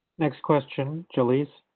next question, jalyce.